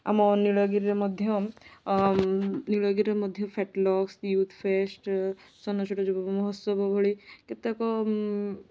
ଆମ ନୀଳଗିରିରେ ମଧ୍ୟ ନୀଳଗିରିରେ ମଧ୍ୟ ଫ୍ୟାଟ୍ ଲସ୍ ୟୁଥ୍ ଫେଷ୍ଚ ସ୍ୱର୍ଣ୍ଣଚୂଡ଼ ଯୁବକ ମହୋତ୍ସବ ଭଳି କେତେକ